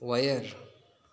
wire